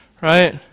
Right